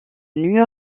new